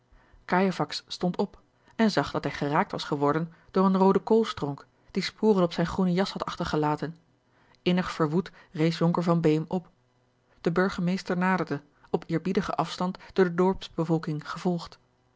stond op en zag dat hij geraakt was geworden door een roodekoolstronk die sporen op zijn groenen jas had achtergelaten innig verwoed rees jonker van beem op de burgemeester naderde op eerbiedigen afstand door de